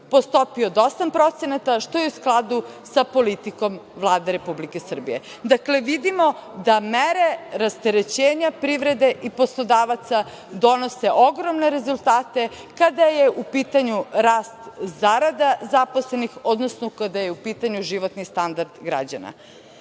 po stopi od 8%, što je u skladu sa politikom Vlade Republike Srbije. Dakle, vidimo da mere rasterećenja privrede i poslodavaca donose ogromne rezultate kada je u pitanju rast zarada zaposlenih, odnosno kada je u pitanju životni standard građana. Kada